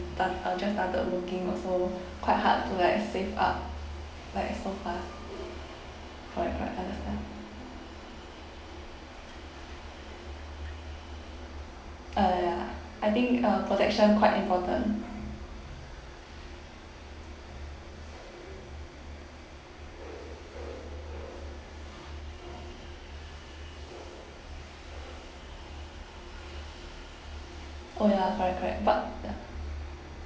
sta~ uh just started working also quite hard to like save up like so fast correct correct other stuff uh ya I think uh protection quite important oh ya correct correct but